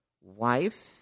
wife